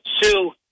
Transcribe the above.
Sue